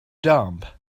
dumb